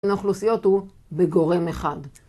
בין האוכלוסיות הוא בגורם אחד